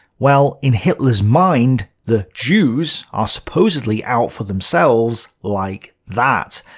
well in hitler's mind, the jews are supposedly out for themselves like that.